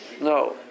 no